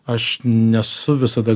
aš nesu visada